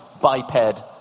biped